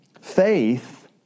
Faith